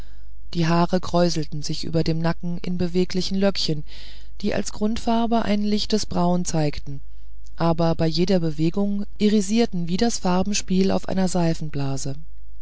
die haare kräuselten sich über dem nacken in beweglichen löckchen die als grundfarbe ein lichtes braun zeigten aber bei jeder bewegung irisierten wie das farbenspiel auf einer